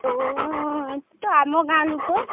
କ'ଣ ତୁ ତ ଆମ ଗାଁ ଲୋକ